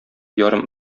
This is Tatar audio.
ярым